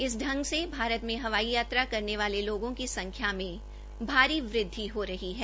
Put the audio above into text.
इस ढंग से भारत में हवाई यात्रा करने वाले लोगों की संख्या में भारी वृद्धि हो रही है